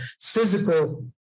physical